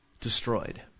destroyed